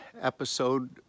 episode